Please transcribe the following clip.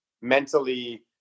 mentally